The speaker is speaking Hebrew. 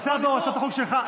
הנושא הבא הוא הצעת החוק שלך.